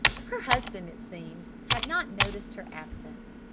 her husband, it seemed, had not noticed her absence.